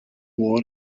war